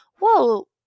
whoa